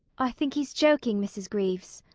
i think he's joking, mrs. greaves.